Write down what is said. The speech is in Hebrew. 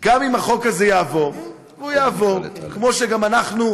גם אם החוק הזה יעבור, הוא יעבור, כמו שגם אנחנו,